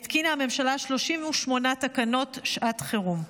התקינה הממשלה 38 תקנות שעת חירום.